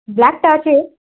ବ୍ଲାକ୍ଟା ଅଛେ